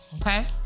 okay